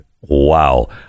Wow